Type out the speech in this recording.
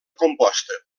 composta